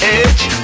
edge